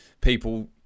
people